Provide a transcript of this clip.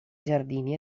giardini